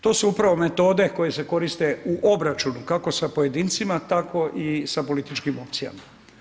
To su upravo metode koje se koriste u obračunu kako sa pojedincima tako i sa političkim opcijama.